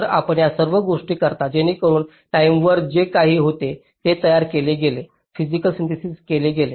तर आपण या सर्व गोष्टी करता जेणेकरून टाईमेवर जे काही होते ते तयार केले गेले फिसिकल सिन्थेसिस केले गेले